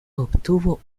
obtuvo